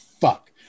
fuck